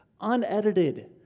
unedited